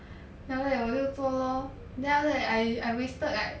then after that 我就做 lor then after that I I wasted like